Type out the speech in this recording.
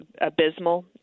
abysmal